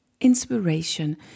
inspiration